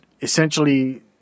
essentially